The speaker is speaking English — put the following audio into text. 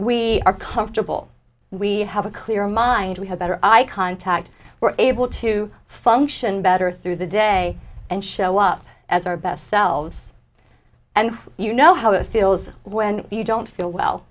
we are comfortable we have a clear mind we had better eye contact we're able to function better through the day and show up as our best selves and you know how it feels when you don't feel well